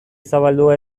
zabaldua